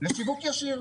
לשיווק ישיר,